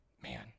Man